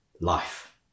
life